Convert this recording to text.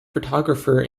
photographer